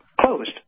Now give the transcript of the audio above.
closed